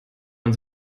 man